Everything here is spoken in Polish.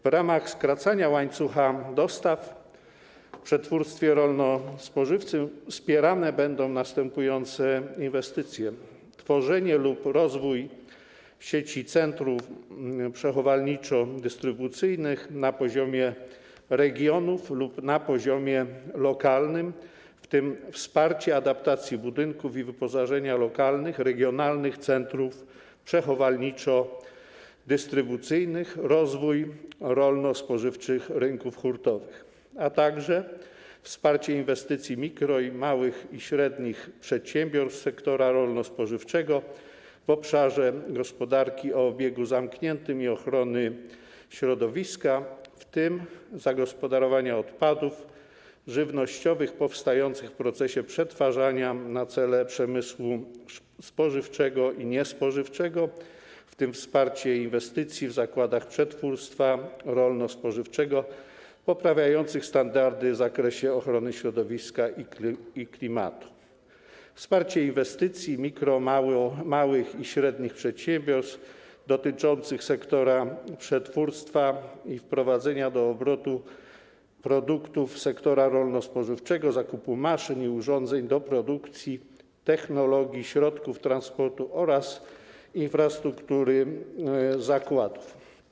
W ramach skracania łańcucha dostaw w przetwórstwie rolno-spożywczym wspierane będą następujące inwestycje: tworzenie lub rozwój sieci centrów przechowalniczo-dystrybucyjnych na poziomie regionów lub na poziomie lokalnym, w tym wsparcie adaptacji budynków i wyposażenia lokalnych/regionalnych centrów przechowalniczo-dystrybucyjnych, rozwój rolno-spożywczych rynków hurtowych; wsparcie inwestycji mikro-, małych i średnich przedsiębiorstw sektora rolno-spożywczego w obszarze gospodarki o obiegu zamkniętym i ochrony środowiska, w tym zagospodarowania odpadów żywnościowych powstających w procesie przetwarzania na cele przemysłu spożywczego i niespożywczego, w tym wsparcie inwestycji w zakładach przetwórstwa rolno-spożywczego poprawiających standardy w zakresie ochrony środowiska i klimatu; wsparcie inwestycji mikro-, małych i średnich przedsiębiorstw dotyczących sektora przetwórstwa i wprowadzania do obrotu produktów sektora rolno-spożywczego, zakupu maszyn i urządzeń do produkcji, technologii, środków transportu oraz rozbudowy infrastruktury zakładów.